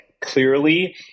clearly-